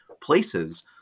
places